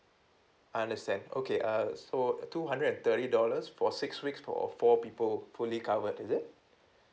I understand okay uh so two hundred and thirty dollars for six weeks for all four people fully covered is it